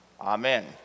Amen